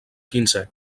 quinzè